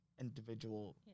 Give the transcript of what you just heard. individual